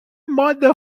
modes